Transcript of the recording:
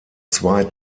zwei